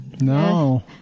No